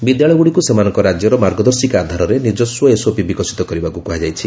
ବିଦ୍ୟାଳୟଗୁଡ଼ିକୁ ସେମାନଙ୍କ ରାକ୍ୟର ମାର୍ଗଦର୍ଶିକା ଆଧାରରେ ନିଜସ୍ୱ ଏସଓପି ବିକଶିତ କରିବାକୁ କୁହାଯାଇଛି